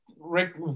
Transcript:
Rick